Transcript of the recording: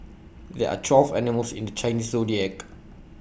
there are twelve animals in the Chinese Zodiac